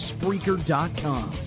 Spreaker.com